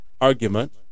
argument